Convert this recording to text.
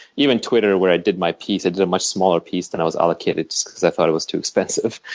even twitter, where i did my piece, i did a much smaller piece than i was allocated to because i thought it was too expensive.